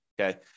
Okay